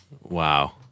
Wow